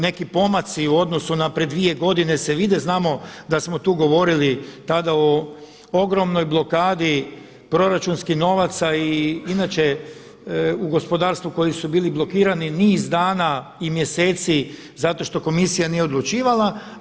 Neki pomaci u odnosu pred dvije godine se vide, znamo da smo tu govorili tada o ogromnoj blokadi proračunskih novaca i inače u gospodarstvu koji su bili blokirani niz dana i mjeseci zato što Komisija nije odlučivala.